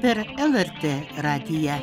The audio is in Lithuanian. per lrt radiją